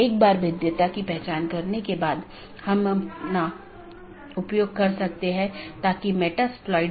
एक चीज जो हमने देखी है वह है BGP स्पीकर